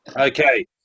Okay